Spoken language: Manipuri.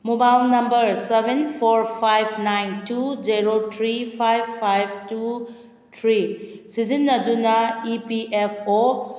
mobile number seven four five nine two zero three five five two three ꯁꯤꯖꯤꯟꯅꯗꯨꯅ ꯏ ꯄꯤ ꯑꯦꯐ ꯑꯣ